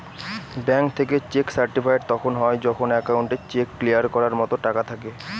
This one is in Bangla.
ব্যাঙ্ক থেকে চেক সার্টিফাইড তখন হয় যখন একাউন্টে চেক ক্লিয়ার করার মতো টাকা থাকে